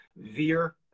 veer